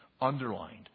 underlined